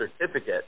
certificate